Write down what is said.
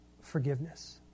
forgiveness